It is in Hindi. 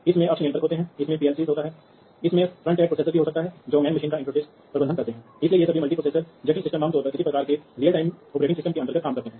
इसलिए इस मामले में फ़ील्डबस स्वयं को बुद्धिमान बताते हैं वे स्वयं अपनी नैदानिक स्थिति का मूल्यांकन कर सकते हैं और फिर टॉपप्ले नियंत्रकों को सूचना भेज सकते हैं जिसके आधार पर ये नियंत्रक सही कार्रवाई कर सकते हैं